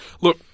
Look